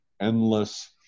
endless